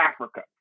Africa